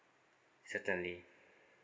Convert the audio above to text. certainly